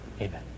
Amen